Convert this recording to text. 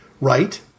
right